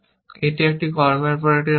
এটি একটি কর্মের পর একটি রাষ্ট্র